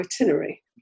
itinerary